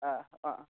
हा हा